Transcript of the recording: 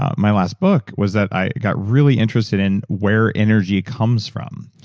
ah my last book, was that i got really interested in where energy comes from,